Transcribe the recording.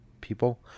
people